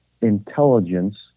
intelligence